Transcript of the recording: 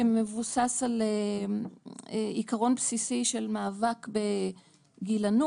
שמבוסס על עיקרון בסיסי של מאבק בגילנות,